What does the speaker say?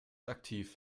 aktiv